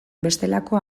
bestelako